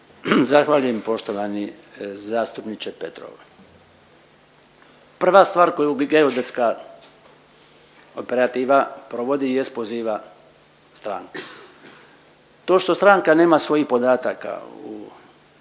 Zahvaljujem poštovani zastupniče Petrov. Prva stvar koju bi geodetska operativa provodi jest poziva stranku. To što stranka nema svojih podataka u